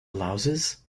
louses